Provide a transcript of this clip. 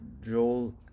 Joel